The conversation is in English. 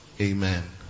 Amen